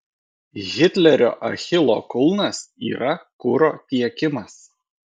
hitlerio achilo kulnas yra kuro tiekimas